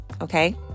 Okay